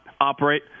operate